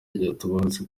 yaratabarutse